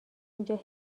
اینجا